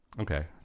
Okay